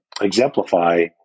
exemplify